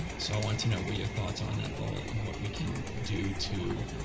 so i wanted to know what your thoughts are on that role, and what we can do to